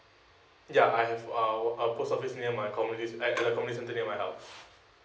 ya I have a a post office near my communities at the communities centre near my house